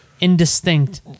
indistinct